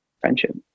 friendship